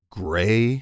gray